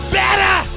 better